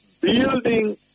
building